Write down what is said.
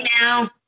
now